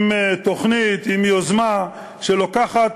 עם תוכנית, עם יוזמה, שלוקחת